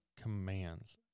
commands